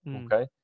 Okay